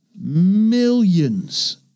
millions